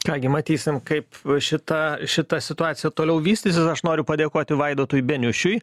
ką gi matysim kaip šitą šita situacija toliau vystysis aš noriu padėkoti vaidotui beniušiui